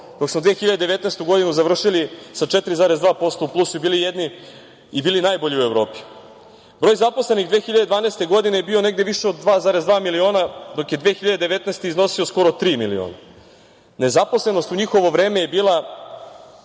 dok smo 2019. godinu završili sa 4,2% u plusu i bili najbolji u Evropi. Broj zaposlenih 2012. godine je bio negde više od 2,2 miliona, dok je 2019. godine iznosio skoro tri miliona. Nezaposlenost u njihovo vreme je bila